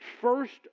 first